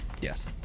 Yes